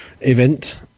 event